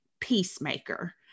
peacemaker